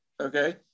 Okay